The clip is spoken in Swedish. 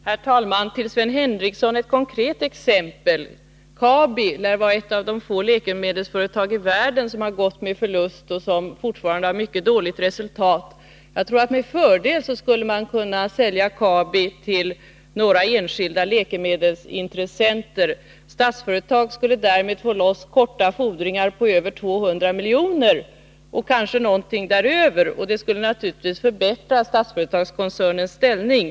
Herr talman! Jag vill ge Sven Henricsson ett konkret exempel. Kabi lär vara ett av de få läkemedelsföretag i världen som har gått med förlust och som fortfarande har mycket dåligt resultat. Jag tror att man med fördel skulle kunna sälja Kabi till några enskilda läkemedelsintressenter. Statsföretag skulle därmed få loss korta fordringar på över 200 milj.kr. och kanske ännu mer, och det skulle naturligtvis förbättra Statsföretagskoncernens ställning.